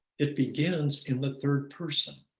it begins in the third person.